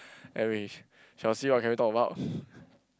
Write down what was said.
then we shall see what can we talk about